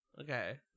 Okay